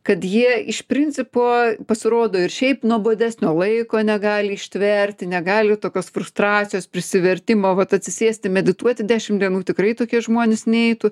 kad jie iš principo pasirodo ir šiaip nuobodesnio laiko negali ištverti negali tokios frustracijos prisivertimo vat atsisėsti medituoti dešim dienų tikrai tokie žmonės neitų